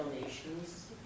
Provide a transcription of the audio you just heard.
Donations